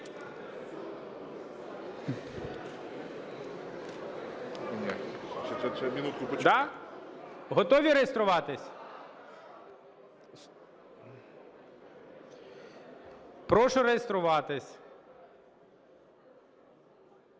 Готові реєструватись? Прошу реєструватись.